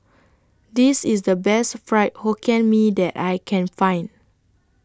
This IS The Best Fried Hokkien Mee that I Can Find